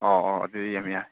ꯑꯣ ꯑꯣ ꯑꯗꯨꯗꯤ ꯌꯥꯝ ꯌꯥꯏ